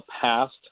passed